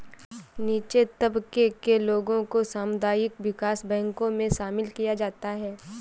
नीचे तबके के लोगों को सामुदायिक विकास बैंकों मे शामिल किया जाता है